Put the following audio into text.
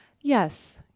Yes